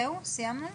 זהו, סיימנו?